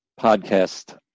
podcast